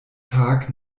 tag